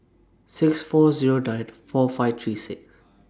six four Zero nine four five three six